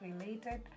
related